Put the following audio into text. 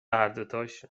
هردوتاشون